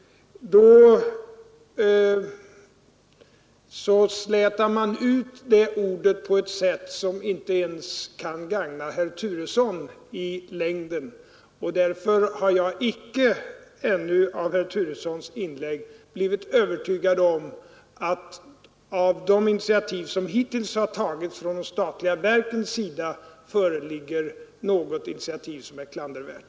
Då slätar man ut det ordets betydelse på ett sätt som inte kan gagna ens herr Turesson i längden. Därför har jag icke av herr Turessons inlägg blivit övertygad om att hittills från de statliga verkens sida har tagits något initiativ som är klandervärt.